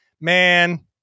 man